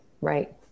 right